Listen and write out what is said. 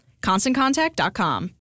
ConstantContact.com